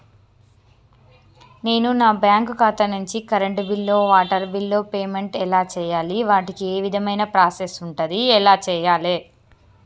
నేను నా బ్యాంకు ఖాతా నుంచి కరెంట్ బిల్లో వాటర్ బిల్లో పేమెంట్ ఎలా చేయాలి? వాటికి ఏ విధమైన ప్రాసెస్ ఉంటది? ఎలా చేయాలే?